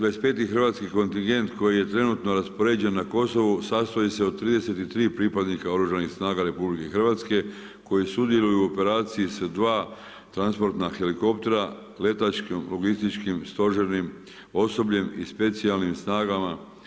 25. hrvatski kontingent koji je trenutno raspoređen na Kosovu sastoji se od 33 pripadnika Oružanih snaga RH koji sudjeluju u operaciji sa dva transportna helikoptera, letačkim logističkim stožernim osobljem i specijalnim snagama.